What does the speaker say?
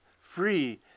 free